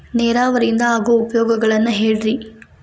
ನೇರಾವರಿಯಿಂದ ಆಗೋ ಉಪಯೋಗಗಳನ್ನು ಹೇಳ್ರಿ